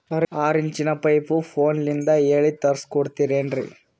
ಆರಿಂಚಿನ ಪೈಪು ಫೋನಲಿಂದ ಹೇಳಿ ತರ್ಸ ಕೊಡ್ತಿರೇನ್ರಿ?